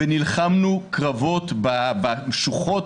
ונלחמנו קרבות בשוחות